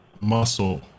muscle